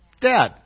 Dad